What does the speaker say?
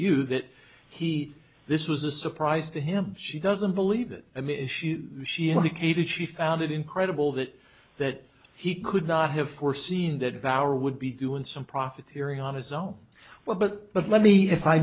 you that he this was a surprise to him she doesn't believe in him issues she indicated she found it incredible that that he could not have foreseen that power would be doing some profit theory on his own well but but let me if i